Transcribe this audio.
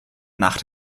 nach